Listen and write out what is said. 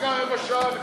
הפסקה רבע שעה לפני,